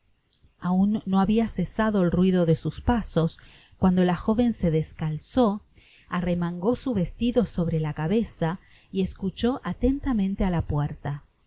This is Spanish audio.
aun no habia cesado el ruido de sus pasos cuando la joven se descalzó arremangó su vestido sobre la cabeza y escuchó atentamente á la puerta